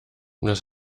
das